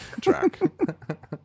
track